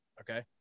Okay